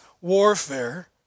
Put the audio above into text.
warfare